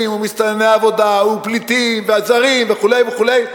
ומסתנני עבודה ופליטים ועל זרים וכו' וכו',